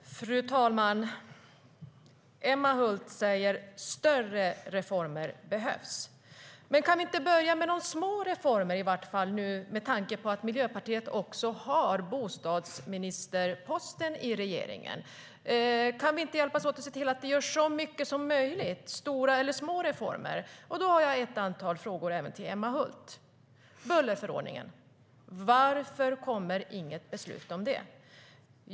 Fru talman! Emma Hult säger: Större reformer behövs. Men kan vi inte börja med de små reformerna nu, med tanke på att Miljöpartiet ju har bostadsministerposten i regeringen? Kan vi inte hjälpas åt att se till att det görs så mycket som möjligt, stora eller små reformer? Varför kommer inget beslut om bullerförordningen?